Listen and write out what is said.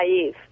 naive